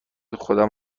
خودم